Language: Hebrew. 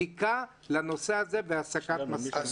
בדיקה של הנושא הזה והסקת מסקנות.